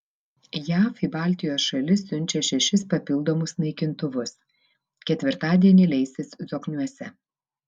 jav į baltijos šalis siunčia šešis papildomus naikintuvus ketvirtadienį leisis zokniuose